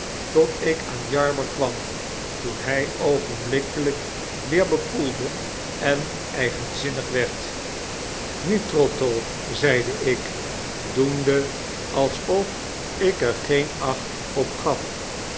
tot ik aan jarber kwam toen hy oogenblikkelyk weer bekoelde en eigenzinnig werd nu trottle zeide ik doende alsof ik er geen acht op gaf